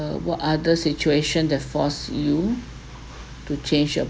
what other situation that force you to change your